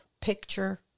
picture